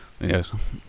Yes